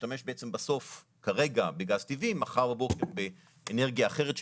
להשתמש בעצם כרגע בגז טבעי ומחר בבוקר באנרגיה אחרת.